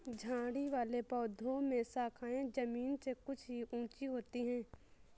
झाड़ी वाले पौधों में शाखाएँ जमीन से कुछ ही ऊँची होती है